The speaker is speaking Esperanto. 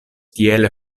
tiele